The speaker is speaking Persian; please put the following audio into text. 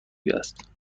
است